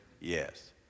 yes